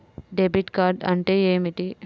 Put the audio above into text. Debit card అంటే ఏమిటి?